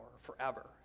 forever